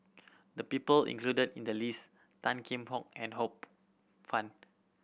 the people included in the list Tan Kheam Hock and Ho Poh Fun